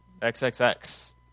XXX